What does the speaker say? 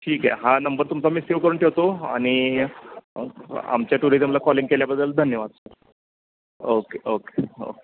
ठीक आहे हा नंबर तुमचा मी सेव करून ठेवतो आणि आमच्या टुरिजमला कॉलिंग केल्याबद्दल धन्यवाद सर ओके ओके हो